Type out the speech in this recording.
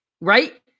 Right